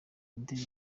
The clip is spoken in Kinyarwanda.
imideri